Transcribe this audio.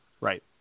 Right